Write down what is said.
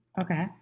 Okay